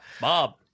Bob